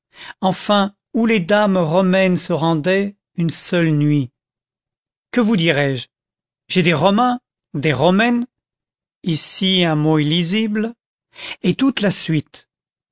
enfin où les dames romaines se rendaient une seule nuit que vous dirai-je j'ai des romains des romaines ici un mot illisible et toute la suite